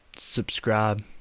subscribe